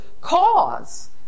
cause